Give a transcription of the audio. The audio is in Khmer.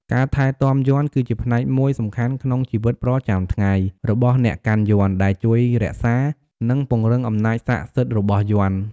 ការថែទាំយ័ន្ត គឺជាផ្នែកមួយសំខាន់ក្នុងជីវិតប្រចាំថ្ងៃរបស់អ្នកកាន់យ័ន្ត ដែលជួយរក្សា និងពង្រឹងអំណាចស័ក្កិសិទ្ធរបស់យ័ន្ត។